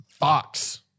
Fox